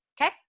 Okay